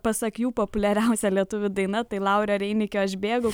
pasak jų populiariausia lietuvių daina tai laurio reinikio aš bėgu